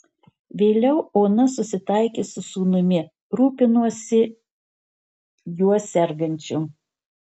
vėliau ona susitaikė su sūnumi rūpinosi juo sergančiu